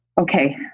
Okay